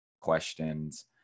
questions